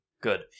Good